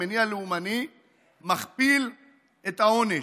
מניע לאומני מכפיל את העונש.